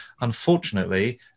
Unfortunately